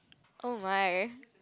oh my